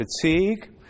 fatigue